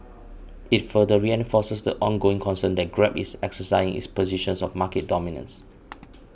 it further reinforces the ongoing concern that Grab is exercising its position of market dominance